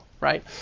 right